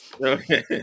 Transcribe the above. Okay